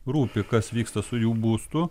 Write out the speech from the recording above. rūpi kas vyksta su jų būstu